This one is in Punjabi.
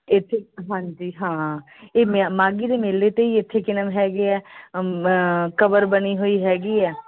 ਇਥੇ ਹਾਂਜੀ ਹਾਂ ਇਹ ਮਿਆ ਮਾਘੀ ਦੇ ਮੇਲੇ 'ਤੇ ਹੀ ਇੱਥੇ ਕਿਨਮ ਹੈਗੇ ਆ ਕਬਰ ਬਣੀ ਹੋਈ ਹੈਗੀ ਆ